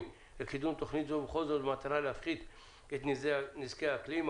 לקידום תוכנית זו וכל זאת במטרה להפחית את נזקי האקלים.